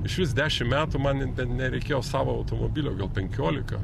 išvis dešim metų man nereikėjo savo automobilio gal penkiolika